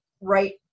right